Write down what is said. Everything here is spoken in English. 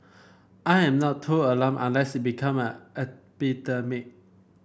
I am not too alarmed unless it become an epidemic